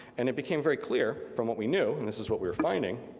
and it became very clear from what we knew and this is what we were finding.